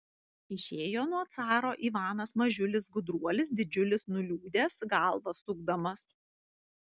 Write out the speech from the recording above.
išėjo nuo caro ivanas mažiulis gudruolis didžiulis nuliūdęs galvą sukdamas